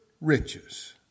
riches